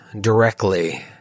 directly